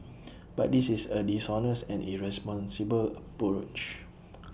but this is A dishonest and irresponsible approach